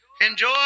enjoy